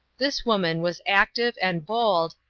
this woman was active and bold,